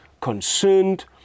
concerned